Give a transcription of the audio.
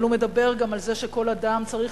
אבל הוא מדבר גם על זה שכל אדם צריך